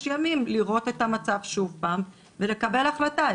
ימים לראות את המצב שוב פעם ולקבל החלטה.